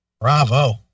Bravo